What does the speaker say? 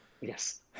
yes